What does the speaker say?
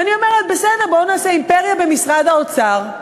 ואני אומרת, בסדר, בואו נעשה אימפריה במשרד האוצר.